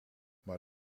maar